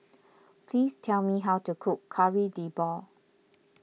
please tell me how to cook Kari Debal